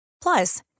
Plus